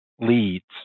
leads